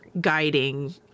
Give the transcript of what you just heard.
guiding